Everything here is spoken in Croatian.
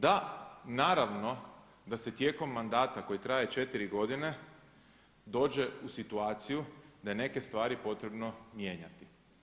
Da, naravno da se tijekom mandata koji traje četiri godine dođe u situaciju da je neke stvari potrebno mijenjati.